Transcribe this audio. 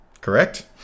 Correct